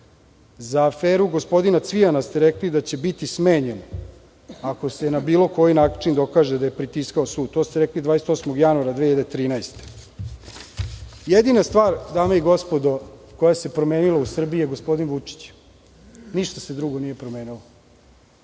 Za aferu gospodina Cvijana ste rekli da će biti smenjen ako se na bilo koji način dokaže da je pritiskao sud. To ste rekli 28. januara 2013. godine. Jedina stvar dame i gospodo koja se promenila u Srbiji je gospodin Vučić. Ništa se drugo nije promenilo.